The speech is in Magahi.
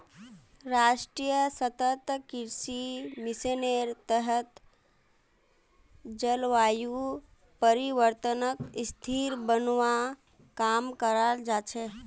राष्ट्रीय सतत कृषि मिशनेर तहत जलवायु परिवर्तनक स्थिर बनव्वा काम कराल जा छेक